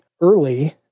early